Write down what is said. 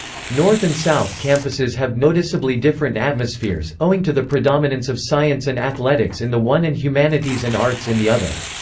north and south campuses have noticeably different atmospheres, owing to the predominance of science and athletics in the one and humanities and arts in the other.